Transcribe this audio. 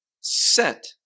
set